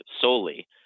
solely